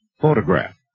photograph